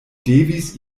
devis